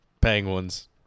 penguins